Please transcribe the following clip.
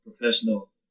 professional